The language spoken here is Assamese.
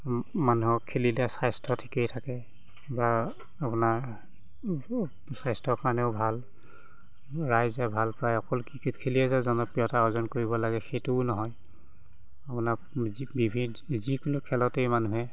মানুহৰ খেলিলে স্বাস্থ্য ঠিকেই থাকে বা আপোনাৰ স্বাস্থ্যৰ কাৰণেও ভাল ৰাইজে ভাল পায় অকল ক্ৰিকেট খেলিয়েই যে জনপ্ৰিয়তা অৰ্জন কৰিব লাগে সেইটোও নহয় আপোনাক যিকোনো খেলতেই মানুহে